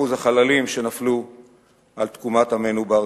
אחוז החללים שנפלו על תקומת עמנו בארצו.